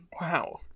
wow